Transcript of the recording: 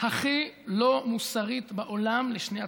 הכי לא מוסרית בעולם לשני הצדדים,